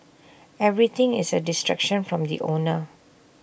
everything is A distraction from the owner